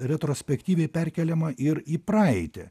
retrospektyviai perkeliama ir į praeitį